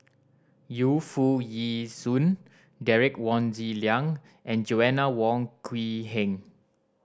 Yu Foo Yee Shoon Derek Wong Zi Liang and Joanna Wong Quee Heng